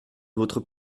votre